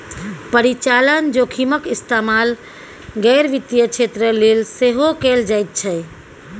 परिचालन जोखिमक इस्तेमाल गैर वित्तीय क्षेत्र लेल सेहो कैल जाइत छै